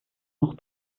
noch